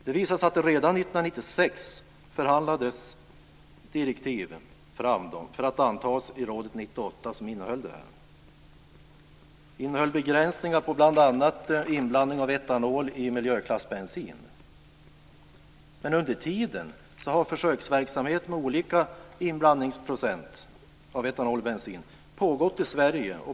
Det visade sig att det redan 1996 förhandlades fram direktiv som innehöll detta för att antas i rådet 1998. Det innehöll begränsningar på bl.a. inblandning av etanol i miljöklassbensin. Men under tiden har försöksverksamhet med olika inblandningsprocent av etanol i bensin pågått i Sverige.